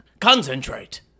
Concentrate